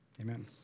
amen